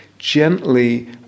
Gently